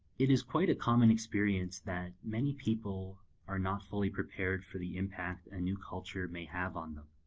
it is quite a common experience that many people are not fully prepared for the impact a new culture may have on them.